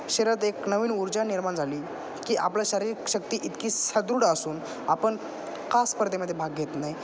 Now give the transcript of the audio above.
शरीरात एक नवीन उर्जा निर्माण झाली की आपलं शारीरिक शक्ती इतकी सदृढ असून आपण का स्पर्धेमध्ये भाग घेत नाही